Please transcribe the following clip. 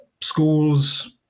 schools